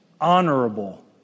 honorable